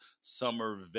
summer